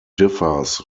differs